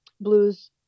blues